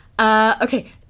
okay